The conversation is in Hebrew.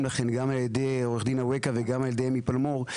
לכן גם על ידי עו"ד אווקה וגם על ידי אמי פלמור,